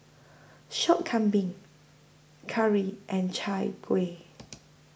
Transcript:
Sop Kambing Curry and Chai Kuih